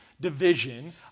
division